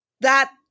that-